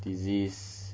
disease